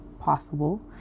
possible